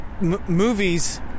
movies